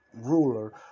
ruler